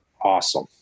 awesome